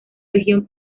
región